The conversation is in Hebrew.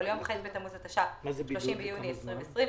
או ליום ח' בתמוז התש"ף (30 ביוני 2020),